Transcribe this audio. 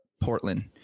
Portland